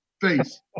face